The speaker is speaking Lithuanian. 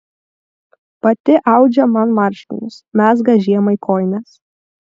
pati audžia man marškinius mezga žiemai kojines